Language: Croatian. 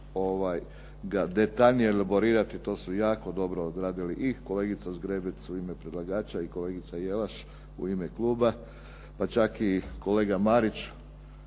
detaljnije elaborirati, to su jako dobro odradili i kolegica Zgrebec u ime predlagača i kolegica Jelaš u ime kluba, pa čak i kolega Marić